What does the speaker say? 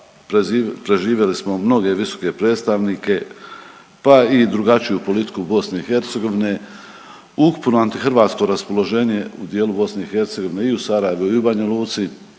preživjeli smo mnoge visoke predstavnike pa i drugačiju politiku BiH, ukupno antihrvatsko raspoloženje u dijelu BiH i u Sarajevu i u Banja Luci